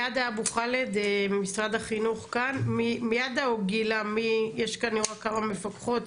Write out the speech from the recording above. אני מפקחת כוללת בחינוך העל-יסודי על החברה היהודית